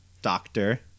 Doctor